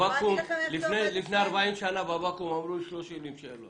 לפני 40 שנים בבקו"ם אמרו שלא שואלים שאלות.